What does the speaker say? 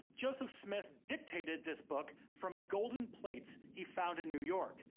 joseph smith dictated this book from golden plates he found in new york,